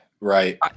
right